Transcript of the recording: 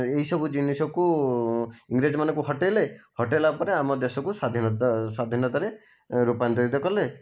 ଏହିସବୁ ଜିନିଷକୁ ଇଂରେଜମାନଙ୍କୁ ହଟାଇଲେ ହଟାଇଲା ପରେ ଆମ ଦେଶକୁ ସ୍ଵାଧୀନତା ସ୍ଵାଧୀନତାରେ ରୂପାନ୍ତରିତ କଲେ